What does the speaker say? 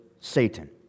satan